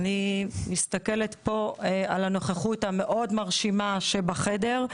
אני מסתכלת פה על הנוכחות המאוד מרשימה שבחדר,